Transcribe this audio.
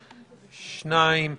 שניים.